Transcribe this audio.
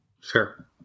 Sure